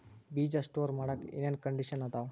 ಬೇಜ ಸ್ಟೋರ್ ಮಾಡಾಕ್ ಏನೇನ್ ಕಂಡಿಷನ್ ಅದಾವ?